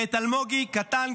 ואת אלמוגי קטן,